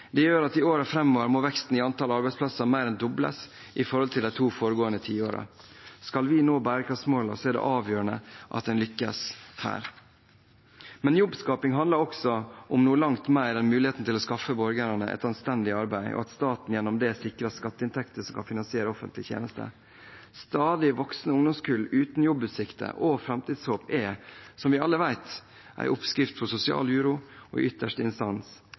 Det gjør at i årene framover må veksten i antall arbeidsplasser mer enn dobles i forhold til de to foregående tiårene. Skal vi nå bærekraftsmålene, er det avgjørende at man lykkes her. Men jobbskaping handler også om noe langt mer enn mulighetene til å skaffe borgerne et anstendig arbeid, og at staten gjennom dette sikres skatteinntekter som kan finansiere offentlige tjenester. Stadig voksende ungdomskull uten jobbutsikter og framtidshåp er, som vi alle vet, en oppskrift på sosial uro og i ytterste instans